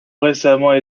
récemment